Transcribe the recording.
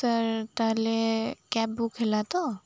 sir ତା'ହେଲେ cab book ହେଲା ତ